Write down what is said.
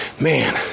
Man